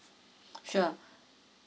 sure